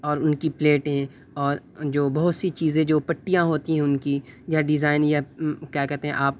اور ان کی پلیٹیں اور جو بہت سی چیزیں جو پٹیاں ہوتی ہیں ان کی یا ڈیزائن یا کیا کہتے ہیں آپ